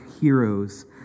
heroes